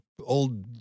old